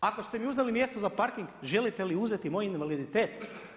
Ako ste mi uzeli mjesto za parking želite li uzeti moj invaliditet?